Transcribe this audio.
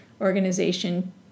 Organization